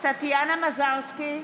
טטיאנה מזרסקי,